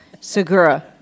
Segura